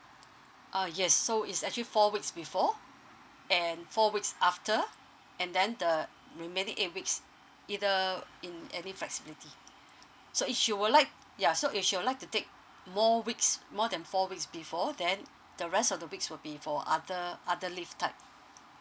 uh yes so is actually four weeks before and four weeks after and then the remaining eight weeks either in any flexibility so is she would like ya so if she would like to take more weeks more than four weeks before then the rest of the weeks will be for other other leave type